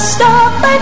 Stop